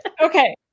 Okay